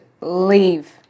leave